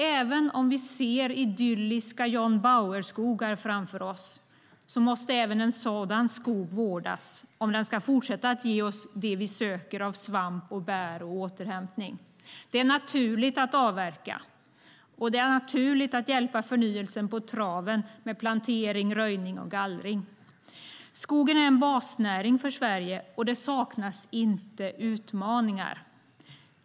Även om vi ser idylliska John Bauer-skogar framför oss måste också en sådan skog vårdas om den ska fortsätta att ge oss det vi söker av svamp, bär och återhämtning. Det är naturligt att avverka, naturligt att hjälpa förnyelsen på traven med plantering, röjning och gallring. Skogen är en basnäring för Sverige, och det saknas inte utmaningar.